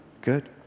Good